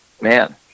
man